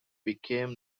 became